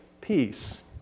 peace